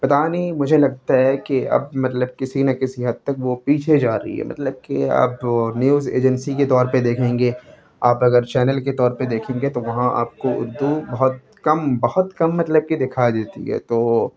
پتا نہیں مجھے لگتا ہے کہ اب مطلب کسی نہ کسی حد تک وہ پیچھے جا رہی ہے مطلب کہ آپ نیوز ایجنسی کے طور پہ دیکھیں گے آپ اگر چینل کے طور پہ دیکھیں گے تو وہاں آپ کو اردو بہت کم بہت کم مطلب کہ دکھائی دیتی ہے تو